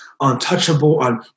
untouchable